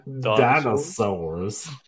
Dinosaurs